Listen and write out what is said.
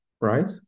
right